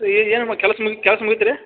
ಏ ಏನಮ್ಮ ಕೆಲಸ ಮು ಕೆಲಸ ಮುಗಿತು ರೀ